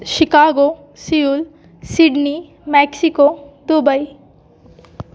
Chicago seul Sydney Mexico Dubai